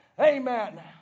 Amen